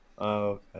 okay